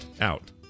Out